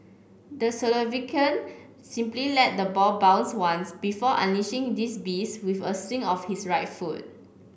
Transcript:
the Slovakian simply let the ball bounced once before unleashing this beast with a swing of his right foot